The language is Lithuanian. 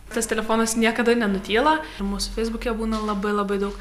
tas telefonas niekada nenutyla mūsų feisbuke būna labai labai daug